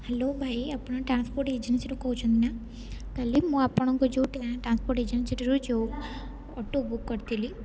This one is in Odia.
ହ୍ୟାଲୋ ଭାଇ ଆପଣ ଟ୍ରାନ୍ସପୋର୍ଟ ଏଜେନ୍ସିରୁ କହୁଛନ୍ତି ନା କାଲି ମୁଁ ଆପଣଙ୍କୁ ଯେଉଁ ଟା ଟ୍ରାନ୍ସପୋର୍ଟ ଏଜେନ୍ସିଟିରୁ ଯେଉଁ ଆଟୋ ବୁକ୍ କରିଥିଲି